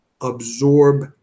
Absorb